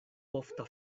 ofta